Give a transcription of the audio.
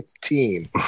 team